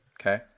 Okay